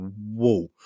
whoa